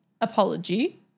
apology